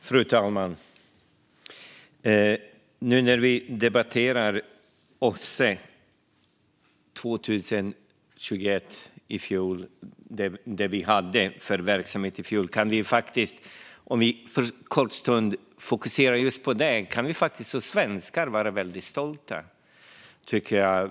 Fru talman! När vi nu debatterar och för en kort stund fokuserar på OSSE:s verksamhet 2021 tycker jag att vi som svenskar kan vara väldigt stolta.